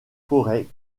forêt